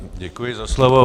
Děkuji za slovo.